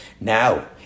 Now